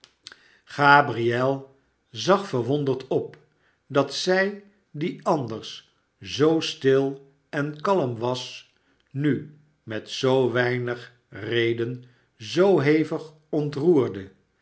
gabriel zag verwonderd op dat zij die anders zoo stil en kalm was nu met zoo weinig reden zoo hevig ontroerde